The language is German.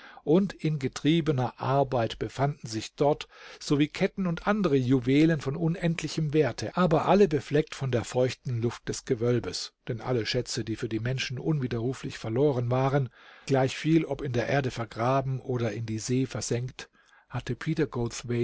und in getriebener arbeit befanden sich dort sowie ketten und andere juwelen von unendlichem werte aber alle befleckt von der feuchten luft des gewölbes denn alle schätze die für die menschen unwiderruflich verloren waren gleichviel ob in der erde vergraben oder in die see versenkt hatte peter